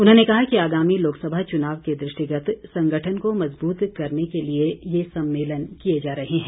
उन्होंने कहा कि आगामी लोकसभा चुनाव के दृष्टिगत संगठन को मजबूत करने के लिए ये सम्मेलन किए जा रहे हैं